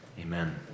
Amen